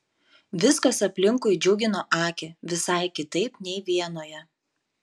viskas aplinkui džiugino akį visai kitaip nei vienoje